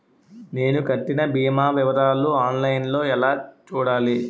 నేను కట్టిన భీమా వివరాలు ఆన్ లైన్ లో ఎలా చూడాలి?